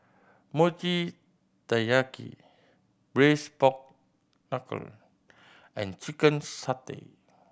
Mochi Taiyaki Braised Pork Knuckle and chicken satay